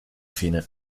fine